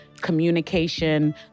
communication